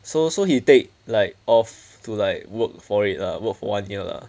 so so he take like off to like work for it lah work for one year lah